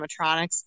animatronics